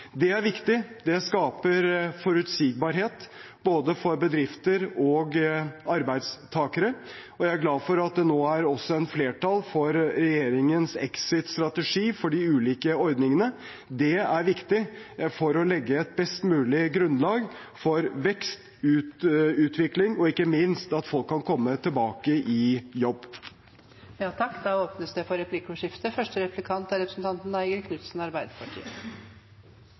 Det er viktig. Det skaper forutsigbarhet både for bedrifter og for arbeidstakere. Jeg er glad for at det nå også er flertall for regjeringens exit-strategi for de ulike ordningene. Det er viktig for å legge et best mulig grunnlag for vekst, utvikling og ikke minst at folk kan komme tilbake i